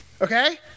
Okay